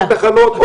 עוד תחנות,